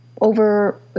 Over